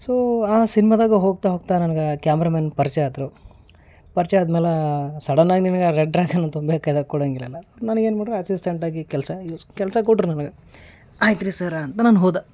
so ಆ ಸಿನ್ಮದಾಗೆ ಹೋಗ್ತಾ ಹೋಗ್ತಾ ನನ್ಗೆ ಕ್ಯಾಮ್ರಮನ್ ಪರ್ಚಯ ಆದ್ರು ಪರ್ಚಯ ಆದ್ಮೇಲಾ ಸಡನ್ನಾಗಿ ನಿನ್ಗೆ ರೆಡ್ ಡ್ರ್ಯಾಗನಂತ ಕೊಡಂಗಿಲ್ವಲ್ಲ ನನ್ಗೇನು ಮಾಡ್ದ್ರು ಅಸಿಸ್ಟೆಂಟಾಗಿ ಕೆಲಸ ಕೆಲಸ ಕೊಟ್ಟರು ನನಗೆ ಆಯ್ತು ರೀ ಸರ್ರ ಅಂತ ನಾನು ಹೋದೆ